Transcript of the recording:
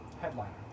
headliner